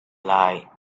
lie